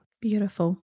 Beautiful